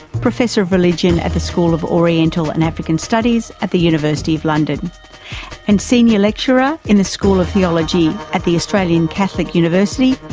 professor of religion at the school of oriental and african and studies at the university of london and senior lecturer in the school of theology at the australian catholic university,